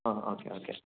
ആ okay okay